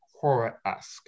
horror-esque